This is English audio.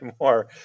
more